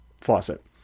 faucet